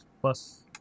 Plus